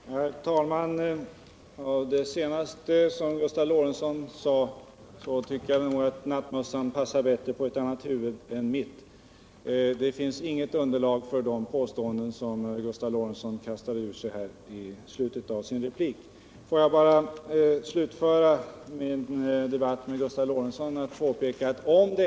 Herr talman! Det senaste som Gustav Lorentzon sade visar, tycker jag, att nattmössan passar bättre på ett annat huvud än mitt. Det finns inget underlag för de påståenden som Gustav Lorentzon kastade ur sig i slutet av sin replik. Får jag bara slutföra min debatt med Gustav Lorentzon med att påpeka följande.